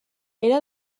era